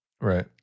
Right